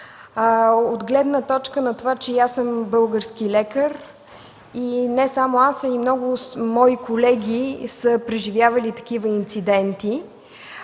от гледна точка на това, че и аз съм български лекар. Не само аз, но и много мои колеги са преживявали такива инциденти.